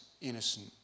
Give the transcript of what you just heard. innocent